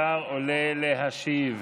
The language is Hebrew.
השר עולה להשיב.